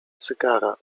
cygara